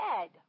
dead